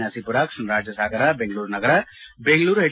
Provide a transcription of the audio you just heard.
ನರಸೀಮರ ಕೃಷ್ಣರಾಜ ಸಾಗರ ಬೆಂಗಳೂರು ನಗರ ಬೆಂಗಳೂರು ಎಚ್